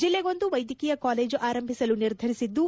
ಜೆಲ್ಲೆಗೊಂದು ವೈದ್ಯಕೀಯ ಕಾಲೇಜು ಆರಂಭಿಸಲು ನಿರ್ಧರಿಸಿದ್ದು